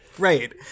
Right